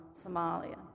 Somalia